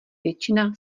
většina